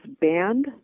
banned